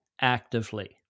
actively